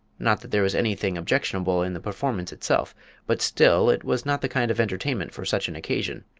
not that there was anything objectionable in the performance itself but still, it was not the kind of entertainment for such an occasion.